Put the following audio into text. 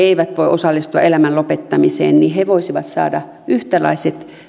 eivät voi osallistua elämän lopettamiseen voisivat saada yhtäläiset